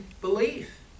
belief